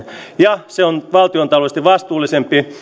ja se on valtiontaloudellisesti vastuullisempi